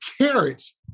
carrots